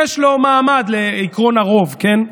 יש לו מעמד, לעקרון הרוב, כן,